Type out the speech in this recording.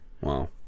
Wow